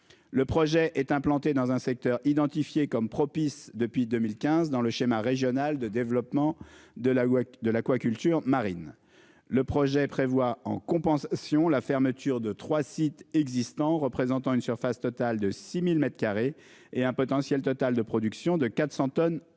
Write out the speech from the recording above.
Le projet est implanté dans un secteur identifié comme propice depuis 2015 dans le schéma régional de développement de la loi de l'aquaculture marine. Le projet prévoit en compensation, la fermeture de 3 sites existants représentant une surface totale de 6000 m2 et un potentiel total de production de 400 tonnes par an.